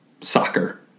soccer